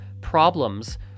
problems